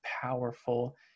powerful